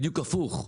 בדיוק הפוך.